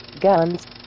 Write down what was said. guns